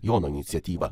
jono iniciatyvą